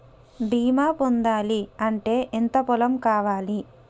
బీమా పొందాలి అంటే ఎంత పొలం కావాలి?